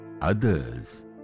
Others